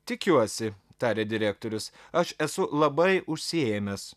tikiuosi tarė direktorius aš esu labai užsiėmęs